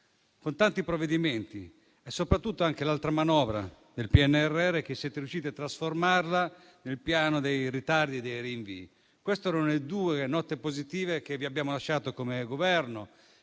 con tanti provvedimenti. Soprattutto anche l'altra manovra del PNRR siete riusciti a trasformarla nel piano dei ritardi e dei rinvii. Queste erano le due note positive che vi abbiamo lasciato come Governo